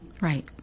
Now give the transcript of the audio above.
Right